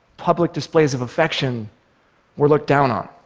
public displays of affection were looked down on.